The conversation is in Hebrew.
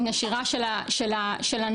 של נשירה של הנוער,